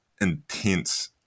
intense